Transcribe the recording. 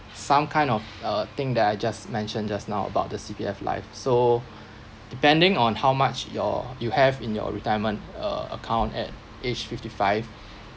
some kind of a a thing that I just mentioned just now about the C_P_F life so depending on how much your you have in your retirement uh account at age fifty five